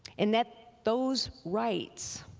and that those rights